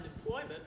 employment